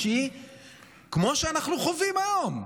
כמו שאנחנו חווים היום.